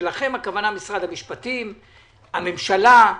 משרד המשפטים, הממשלה,